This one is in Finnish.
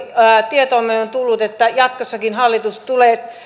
tietoomme on on tullut että jatkossakin hallitus tulee